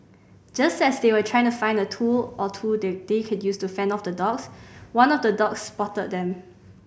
just as they were trying to find a tool or two that they could use to fend off the dogs one of the dogs spotted them